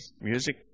music